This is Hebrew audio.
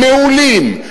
מעולים,